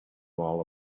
wall